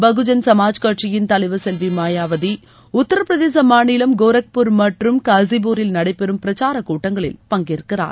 பகுஜன் சமாஜ் கட்சியின் தலைவர் செல்வி மாயாவதி உத்தரப்பிரதேச மாநிலம் கோரக்பூர் மற்றும் காஸிப்பூரில் நடைபெறும் பிரச்சாரக் கூட்டங்களில் பங்கேற்கிறார்